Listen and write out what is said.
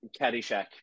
Caddyshack